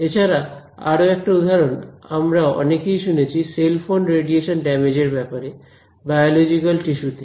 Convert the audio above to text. এছাড়াও আর একটা উদাহরণ আমরা অনেকেই শুনছি সেল ফোন রেডিয়েশন ড্যামেজ এর ব্যাপারে বায়োলজিক্যাল টিস্যু তে